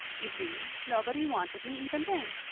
you see, nobody wanted me even then.